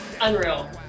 Unreal